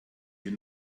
hier